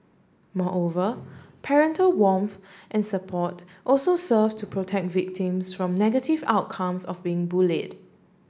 moreover parental warmth and support also serve to protect victims from negative outcomes of being bullied